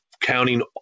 counting